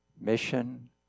Mission